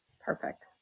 Perfect